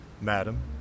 Madam